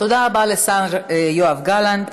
תודה רבה לשר יואב גלנט.